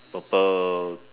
purple